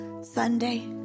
Sunday